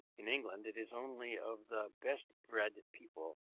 in england it is only of the best bred people,